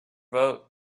vote